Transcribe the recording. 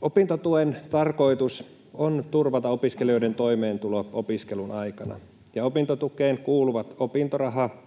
Opintotuen tarkoitus on turvata opiskelijoiden toimeentulo opiskelun aikana, ja opintotukeen kuuluvat opintoraha,